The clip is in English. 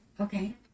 okay